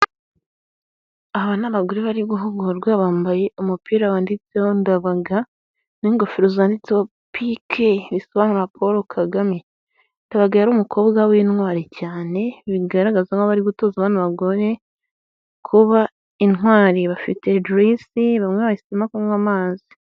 Aba ni abagore bari guhugurwa. Bambaye umupira wanditseho Ndabaga n'ingofero zanditseho PK bisobanura Paul Kagame. Ndabaga yari umukobwa w'intwari cyane bigaragaza ko barimo gutoza bano bagore kuba intwari. Bafite juyise bamwe bahisemo kunywa amazi.